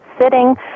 sitting